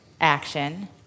Action